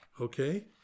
Okay